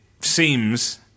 seems